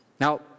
Now